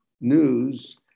news